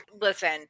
Listen